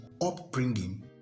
upbringing